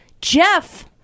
Jeff